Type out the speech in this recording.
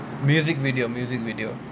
music video music video